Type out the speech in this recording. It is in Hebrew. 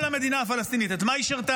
כל המדינה הפלסטינית, את מה היא שירתה?